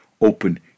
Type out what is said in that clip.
open